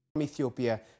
Ethiopia